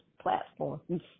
platforms